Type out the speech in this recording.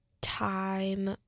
time